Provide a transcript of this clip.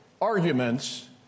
arguments